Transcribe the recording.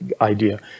idea